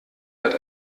hat